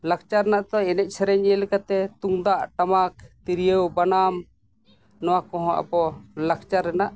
ᱞᱟᱠᱪᱟᱨ ᱨᱮᱱᱟᱜ ᱛᱚ ᱮᱱᱮᱡ ᱥᱮᱨᱮᱧ ᱧᱮᱞ ᱠᱟᱛᱮᱫ ᱛᱩᱢᱫᱟᱹᱜ ᱴᱟᱢᱟᱠ ᱛᱤᱨᱭᱳ ᱵᱟᱱᱟᱢ ᱱᱚᱣᱟ ᱠᱚᱦᱚᱸ ᱟᱠᱚ ᱞᱟᱠᱪᱟᱨ ᱨᱮᱱᱟᱜ